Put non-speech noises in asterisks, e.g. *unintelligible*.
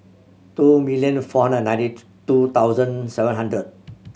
two million four hundred ninety *unintelligible* two thousand seven hundred